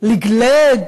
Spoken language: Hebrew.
לגלג